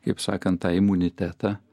kaip sakant tą imunitetą